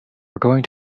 going